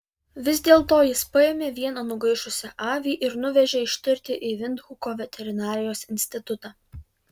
vis dėlto jis paėmė vieną nugaišusią avį ir nuvežė ištirti į vindhuko veterinarijos institutą